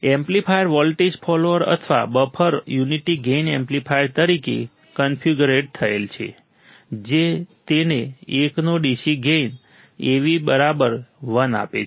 amplifier voltage follower અથવા buffer અથવા unity gain amplifier તરીકે કન્ફિગ્યુરેડ થયેલ છે જે તેને 1 નો DC ગેઈન AV1 આપે છે